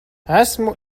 esmu